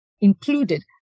included